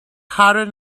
hotter